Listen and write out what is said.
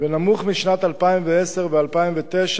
ונמוך משנת 2010 ו-2009,